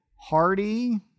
Hardy